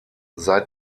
seit